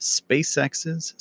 spacex's